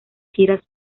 giras